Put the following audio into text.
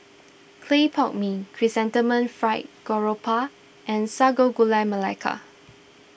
Clay Pot Mee Chrysanthemum Fried Garoupa and Sago Gula Melaka